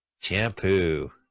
Shampoo